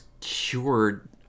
cured